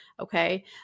Okay